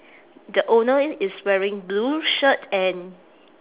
the owner is wearing blue shirt and